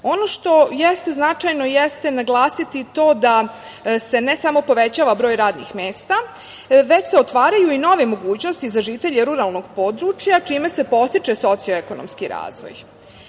Ono što jeste značajno jeste naglasiti to da se ne samo povećava broj radnih mesta, već se otvaraju nove mogućnosti za žitelje ruralnog područja čime se podstiče socioekonomski razvoj. Moram